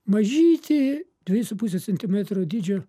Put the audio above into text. mažytį dviejų su puse centimetro dydžio